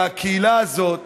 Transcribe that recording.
והקהילה הזאת,